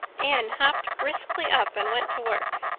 anne hopped briskly up and went to work.